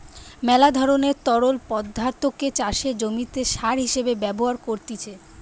মেলা ধরণের তরল পদার্থকে চাষের জমিতে সার হিসেবে ব্যবহার করতিছে